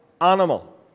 animal